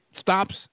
stops